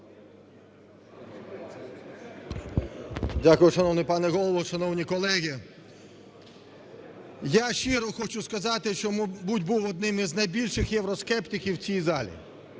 Дякую. Шановний пане Голово! Шановні колеги! Я щиро хочу сказати, що, мабуть, був одним із найбільших євроскептиків в цій залі.